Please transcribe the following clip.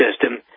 system